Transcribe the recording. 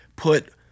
put